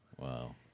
Wow